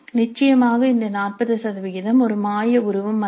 நிச்சயமாக இந்த 40 ஒரு மாய உருவம் அல்ல